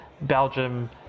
Belgium